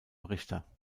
richter